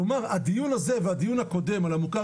כלומר הדיון הזה והדיון הקודם של המוכר